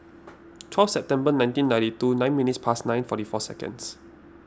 twelve September nineteen ninety two nine minutes past nine forty four seconds